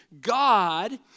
God